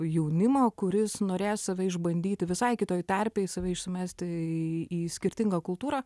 jaunimo kuris norės save išbandyti visai kitoj terpėj save įsimesti į skirtingą kultūrą